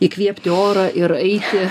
įkvėpti oro ir eiti